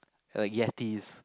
a Yeti